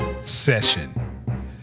session